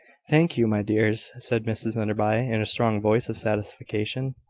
thank you, my dears! said mrs enderby, in a strong voice of satisfaction.